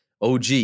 OG